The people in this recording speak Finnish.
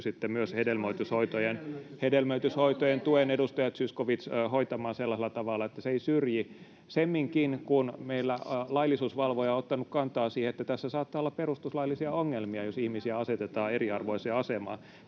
hedelmöityshoitojen Kela-korvauksen?] — edustaja Zyskowicz — hoitamaan sellaisella tavalla, että se ei syrji, semminkin kun meillä laillisuusvalvoja on ottanut kantaa, että tässä saattaa olla perustuslaillisia ongelmia, jos ihmisiä asetetaan eriarvoiseen asemaan.